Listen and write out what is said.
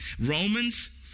Romans